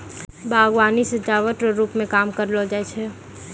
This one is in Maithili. बागवानी सजाबट रो रुप मे काम करलो जाय छै